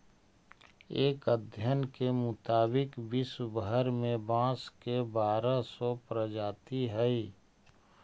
एक अध्ययन के मुताबिक विश्व भर में बाँस के बारह सौ प्रजाति हइ